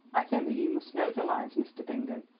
i think that you must know the lines, mr. bingham,